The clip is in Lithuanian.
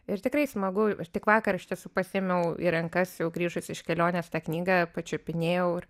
ir tikrai smagu aš tik vakar iš tiesų pasiėmiau į rankas jau grįžusi iš kelionės tą knygą pačiupinėjau ir